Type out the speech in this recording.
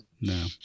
No